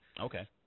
Okay